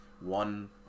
one